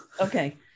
Okay